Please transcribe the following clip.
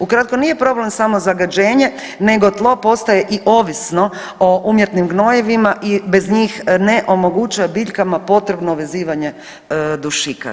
Ukratko, nije problem samo zagađenje nego tlo postaje i ovisno o umjetnim gnojivima i bez njih ne omogućuje biljkama potrebno vezivanje dušika.